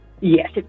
Yes